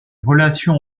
relations